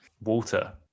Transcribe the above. Water